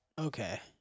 Okay